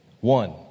One